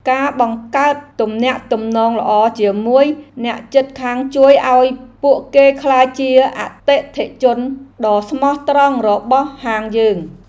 ការបង្កើតទំនាក់ទំនងល្អជាមួយអ្នកជិតខាងជួយឱ្យពួកគេក្លាយជាអតិថិជនដ៏ស្មោះត្រង់របស់ហាងយើង។